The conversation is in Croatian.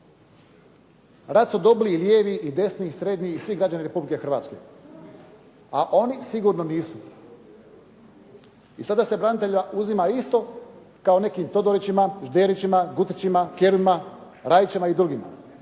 Rat su dobili i lijevi i desni i srednji i svi građani Republike Hrvatske. A oni sigurno nisu. I sada se braniteljima uzima isto, kako nekim Todorićima, Žderićim, Gucićima, Kerumima, Rajićima i drugima.